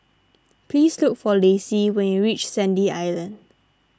please look for Lacey when you reach Sandy Island